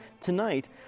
Tonight